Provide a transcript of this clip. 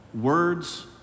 Words